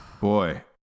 Boy